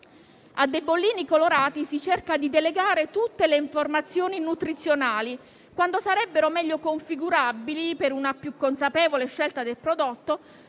A bollini colorati si cerca di delegare tutte le informazioni nutrizionali, quando sarebbero meglio configurabili, per una più consapevole scelta del prodotto,